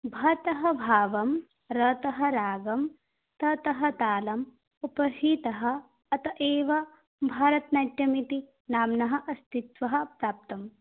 भतः भावं रतः रागं ततः तालम् उपहितः अतः एव भरतनाट्यम् इति नाम्नः अस्तित्वं प्राप्तं